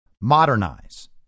modernize